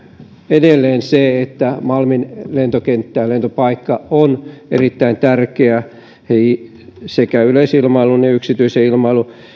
edelleen se että malmin lentokenttä lentopaikka on erittäin tärkeä sekä yleisilmailun että yksityisen ilmailun